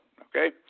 okay